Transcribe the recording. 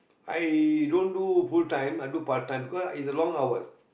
i don't do full time i do part time because it's a long hours